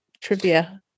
trivia